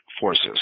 forces